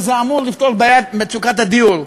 שזה אמור לפתור את בעיית מצוקת הדיור,